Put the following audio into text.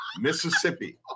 Mississippi